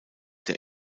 der